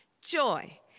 joy